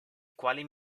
quali